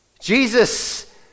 Jesus